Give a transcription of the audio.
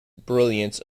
brilliance